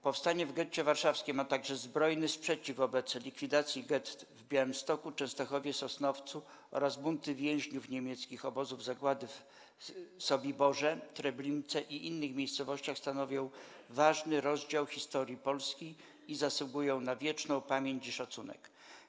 Powstanie w Getcie Warszawskim, a także zbrojny sprzeciw wobec likwidacji gett w Białymstoku, Częstochowie, Sosnowcu oraz bunty więźniów niemieckich obozów zagłady w Sobiborze, Treblince i innych miejscowościach stanowią ważny rozdział historii Polski i zasługują na wieczną pamięć i szacunek.